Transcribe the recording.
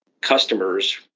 customers